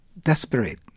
desperate